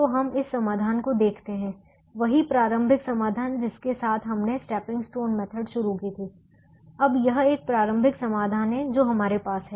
तो हम इस समाधान को देखते हैं वही प्रारंभिक समाधान जिसके साथ हमने स्टेपिंग स्टोन मेथड शुरू की अब यह एक प्रारंभिक समाधान है जो हमारे पास है